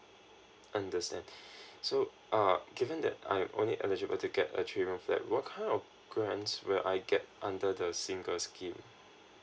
understand so uh given that I'm only eligible to get a three room flat what kind of grants will I get under the single scheme